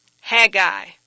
Haggai